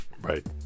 Right